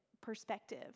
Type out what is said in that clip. perspective